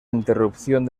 interrupción